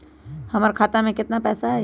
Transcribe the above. हमर खाता में केतना पैसा हई?